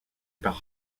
par